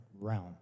realm